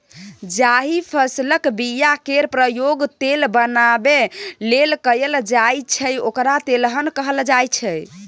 जाहि फसलक बीया केर प्रयोग तेल बनाबै लेल कएल जाइ छै ओकरा तेलहन कहल जाइ छै